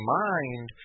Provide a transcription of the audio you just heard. mind